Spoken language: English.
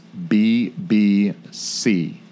BBC